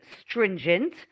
stringent